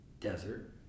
desert